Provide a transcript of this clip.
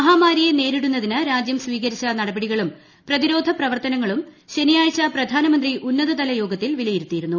മഹാമാരിയെ നേരിടുന്നതിന് രാജ്യം സ്പീകരിച്ചു നടപടികളും പ്രതിരോധ പ്രവർത്തനങ്ങളും ശനിയാഴ്ച്ചപ്രപ്രധാനമന്ത്രി ഉന്നതതലയോഗത്തിൽ വിലയിരുത്തിയിരുന്നു